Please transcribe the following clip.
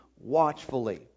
watchfully